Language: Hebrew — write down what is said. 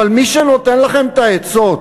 אבל מי שנותן לכם את העצות,